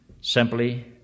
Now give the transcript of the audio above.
simply